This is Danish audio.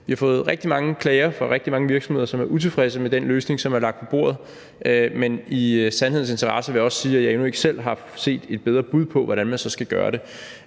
Vi har fået rigtig mange klager fra rigtig mange virksomheder, som er utilfredse med den løsning, som er lagt på bordet, men i sandhedens interesse vil jeg også sige, at jeg endnu ikke selv har set et bedre bud på, hvordan man så skal gøre det,